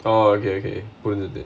oh okay okay புரிஞ்சது:purinjathu